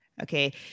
Okay